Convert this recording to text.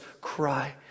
cry